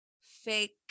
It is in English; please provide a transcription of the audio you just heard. fake